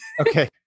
Okay